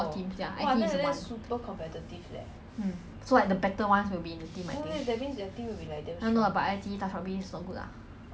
ya top four top four will go to play I_V_P with uh